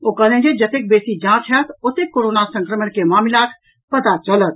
ओ कहलनि जे जतेक बेसी जाँच होयत ओतेक कोरोना संक्रमण के मामिलाक पता चलत